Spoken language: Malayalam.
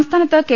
സംസ്ഥാനത്ത് കെ